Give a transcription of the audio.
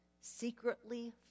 secretly